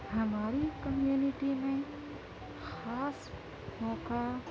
ہماری کمیونٹی میں خاص موقع